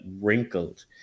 wrinkled